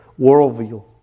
worldview